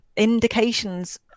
indications